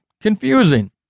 confusing